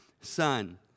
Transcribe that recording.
son